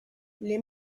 les